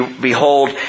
Behold